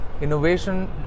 Innovation